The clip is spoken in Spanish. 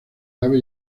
nave